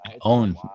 own